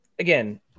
Again